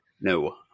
no